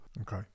Okay